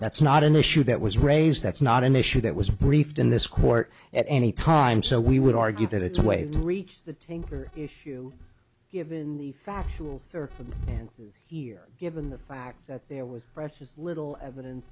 that's not an issue that was raised that's not an issue that was briefed in this court at any time so we would argue that it's way to reach the tanker issue given the factual and here given the fact that there was precious little evidence